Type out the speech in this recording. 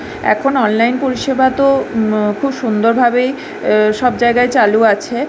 এখন অনলাইন পরিষেবা তো খুব সুন্দরভাবেই সব জায়গায় চালু আছে